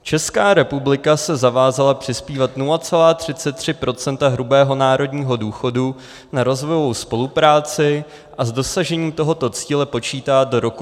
Česká republika se zavázala přispívat 0,33 % hrubého národního důchodu na rozvojovou spolupráci a s dosažením tohoto cíle počítá do roku 2030.